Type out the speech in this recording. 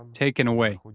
taken away,